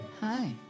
Hi